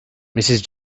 mrs